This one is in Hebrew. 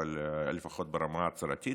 אבל לפחות ברמה הצהרתית,